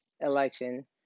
election